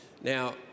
Now